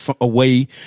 away